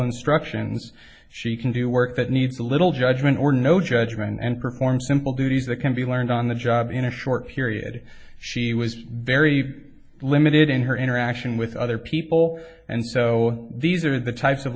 instructions she can do work that needs a little judgement or no judgment and perform simple duties that can be learned on the job in a short period she was very limited in her interaction with other people and so these are the types of